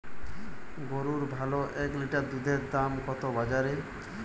গরুর ভালো এক লিটার দুধের দাম কত বাজারে?